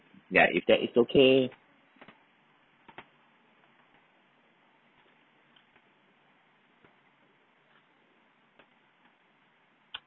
ya if that is okay